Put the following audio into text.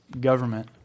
government